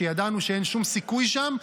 שידענו שאין שום סיכוי שם,